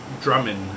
drummond